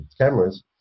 cameras